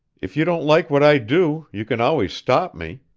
if you don't like what i do, you can always stop me.